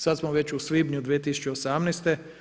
Sad smo već u svibnju 2018.